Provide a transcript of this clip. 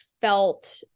felt